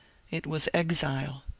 it was exile.